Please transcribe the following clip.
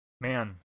man